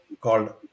called